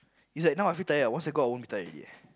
is like now I feel tired once I go out I won't be tired already